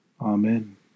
Amen